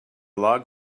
log